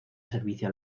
servicio